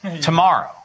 tomorrow